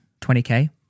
20k